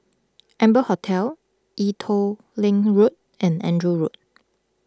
Amber Hotel Ee Teow Leng Road and Andrew Road